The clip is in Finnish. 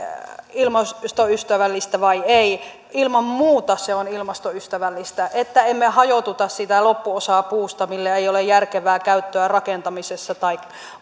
ilmastoystävällistä vai ei ilman muuta se on ilmastoystävällistä että emme hajotuta sitä loppuosaa puusta mille ei ole järkevää käyttöä rakentamisessa tai